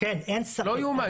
וזה לא יאומן.